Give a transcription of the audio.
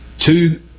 two